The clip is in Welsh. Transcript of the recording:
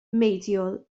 meudwyol